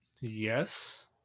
Yes